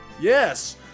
Yes